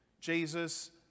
Jesus